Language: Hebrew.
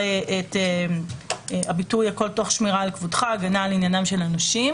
את הביטוי "הכול תוך שמירה על כבודך ועל עניינם של הנושים".